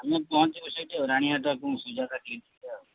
ଆମେ ପହଞ୍ଚିବୁ ସେଇଠି ଆଉ ରାଣୀହାଟ କ'ଣ ସେ ଜାଗାଟା କ୍ଲିନିକ୍ରେ ଆଉ